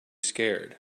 scared